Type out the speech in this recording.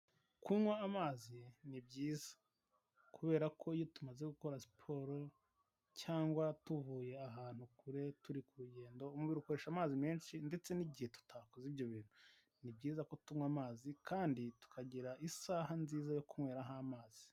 Kunywa amazi ni byiza, kubera ko iyo tumaze gukora siporo cyangwa tuvuye ahantu kure turi ku rugendo umubiri ukoresha amazi menshi ndetse n'igihe tutakoze ibyo bintu, ni byiza ko tunywa amazi kandi tukagira isaha nziza yo kunyweraho amazi.